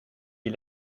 dit